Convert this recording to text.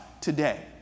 today